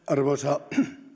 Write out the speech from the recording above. arvoisa